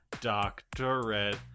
doctorate